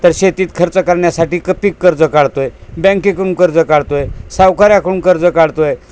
तर शेतीत खर्च करण्यासाठी क पिककर्ज काढतो आहे बँकेकडून कर्ज काढतो आहे सावकाराकडून कर्ज काढतो आहे